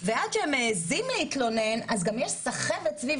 ועד שהם מעזים להתלונן אז גם יש סחבת סביב